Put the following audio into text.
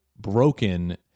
broken